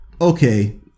okay